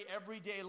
everyday